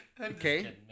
Okay